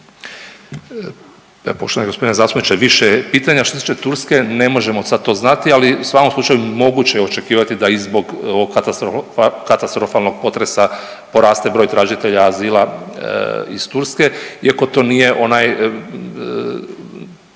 Poštovani gospodine zastupniče više je pitanja. Što se tiče Turske ne možemo sad to znati, ali u svakom slučaju moguće je očekivati da i zbog ovog katastrofalnog potresa poraste broj tražitelja azila iz Turske iako to nije onaj